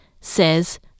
says